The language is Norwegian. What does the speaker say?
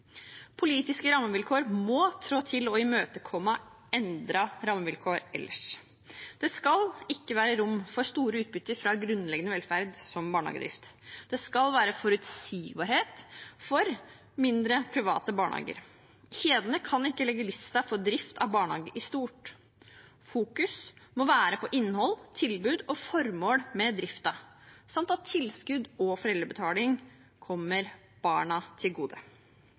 imøtekomme endrede rammevilkår ellers. Det skal ikke være rom for store utbytter fra grunnleggende velferd som barnehagedrift. Det skal være forutsigbarhet for mindre private barnehager. Kjedene kan ikke legge listen for drift av barnehage i stort. Fokuset må være på innhold, tilbud og formål med driften samt at tilskudd og foreldrebetaling kommer barna til gode.